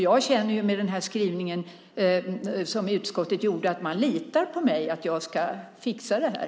Jag känner ju med den skrivning som utskottet gjorde att man litar på att jag ska fixa det här.